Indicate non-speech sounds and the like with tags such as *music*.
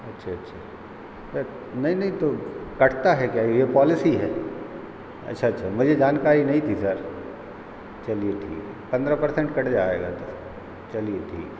अच्छा अच्छा *unintelligible* नहीं नहीं तो कटता है क्या ये पॉलिसी है अच्छा अच्छा मुझे जानकारी नहीं थी सर चलिए ठीक है पन्द्रह पर्सेंट कट जाएगा तो सर चलिए ठीक है